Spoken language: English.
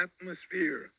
atmosphere